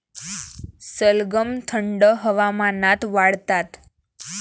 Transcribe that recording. सलगम थंड हवामानात वाढतात